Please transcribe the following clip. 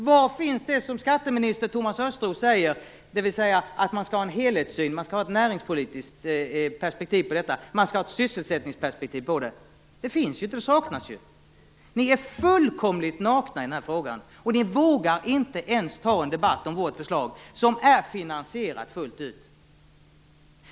Var finns det som skatteminister Thomas Östros säger, att man skall ha en helhetssyn, ett näringspolitiskt och ett sysselsättningspolitiskt perspektiv på detta? Det saknas ju. Ni är fullständigt nakna i denna fråga och vågar inte ens ta upp en debatt om vårt förslag, som fullt ut är finansierat.